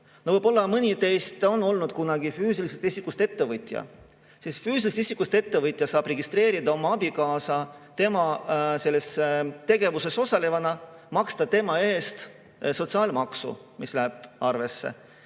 võib-olla mõni teist on olnud kunagi füüsilisest isikust ettevõtja. Füüsilisest isikust ettevõtja saab registreerida oma abikaasa oma tegevuses osalevana, maksta tema eest sotsiaalmaksu, mis läheb arvesse.